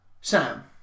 Sam